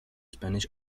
spanish